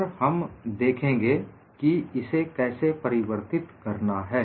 और हम देखेंगे कि इसे कैसे परिवर्तित करना है